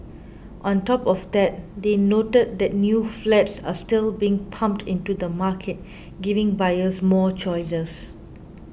on top of that they noted that new flats are still being pumped into the market giving buyers more choices